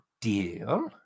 deal